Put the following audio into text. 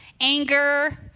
anger